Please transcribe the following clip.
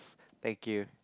thank you